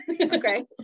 Okay